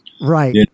right